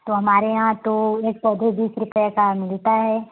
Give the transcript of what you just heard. तो हमारे यहाँ तो एक पौधे बीस रुपये का मिलता है